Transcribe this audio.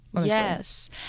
Yes